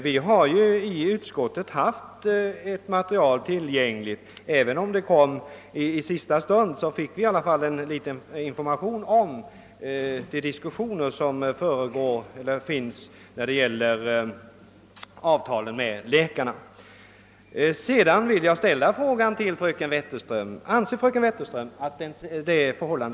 Herr talman! Vi fick i utskottet en information — även om den kom i sista stund — om de diskussioner som pågår med läkarna beträffande avtalen. Sedan några ord till fru Marklund.